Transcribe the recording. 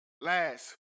Last